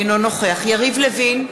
אינו נוכח יריב לוין,